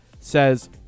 says